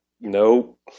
Nope